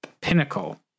pinnacle